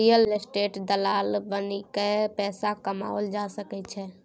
real estate दलाल बनिकए पैसा कमाओल जा सकैत छै